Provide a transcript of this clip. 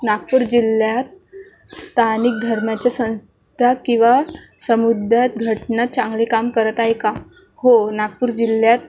नागपूर जिल्ह्यात स्थानिक धर्माच्या संस्था किंवा समुदायात घटना चांगली काम करत आहे का हो नागपूर जिल्ह्यात